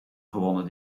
gewonnen